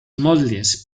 moldes